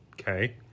Okay